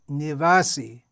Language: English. nivasi